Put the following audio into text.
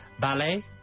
ballet